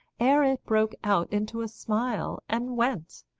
ere it broke out into a smile, and went.